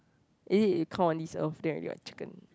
is it it come on this earth then already got chicken